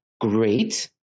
great